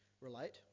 relate